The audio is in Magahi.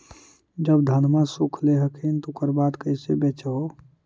जब धनमा सुख ले हखिन उकर बाद कैसे बेच हो?